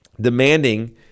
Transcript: demanding